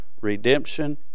redemption